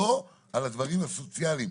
אבל לא על הדברים הסוציאליים,